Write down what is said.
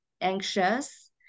anxious